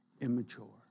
immature